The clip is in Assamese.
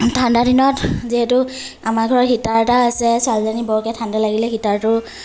ঠাণ্ডা দিনত যিহেতু আমাৰ ঘৰত হিতাৰ এটা আছে ছোৱালীজনী বৰকৈ ঠাণ্ডা লাগিলে হিতাৰটো